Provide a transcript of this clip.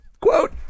Quote